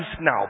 now